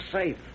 safe